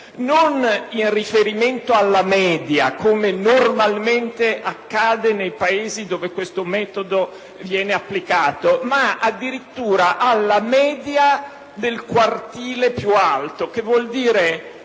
non in riferimento alla media, come normalmente accade nei Paesi in cui questo metodo viene applicato, ma addirittura alla media del quartile più alto, vale a dire